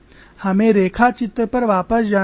हमें रेखा चित्र पर वापस जाना होगा